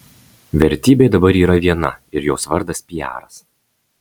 vertybė dabar yra viena ir jos vardas piaras